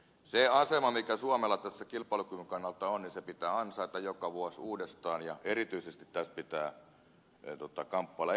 se asema mikä suomella tässä kilpailukyvyn kannalta on pitää ansaita joka vuosi uudestaan ja erityisesti tässä pitää kamppailla